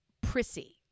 prissy